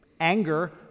Anger